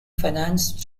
finance